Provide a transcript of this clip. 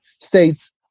states